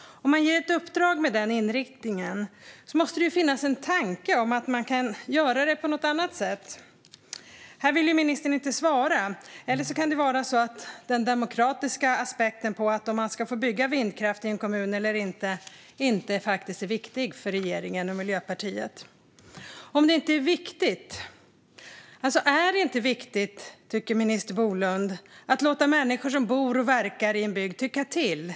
Om man ger ett uppdrag med den inriktningen måste det finnas en tanke om att man kan göra det på något annat sätt. Här vill ministern inte svara, eller så kan det vara så att den demokratiska aspekten av om man ska få bygga vindkraft i en kommun eller inte faktiskt inte är viktig för regeringen och Miljöpartiet. Tycker inte minister Bolund att det är viktigt att låta människor som bor och verkar i en bygd tycka till?